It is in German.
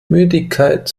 müdigkeit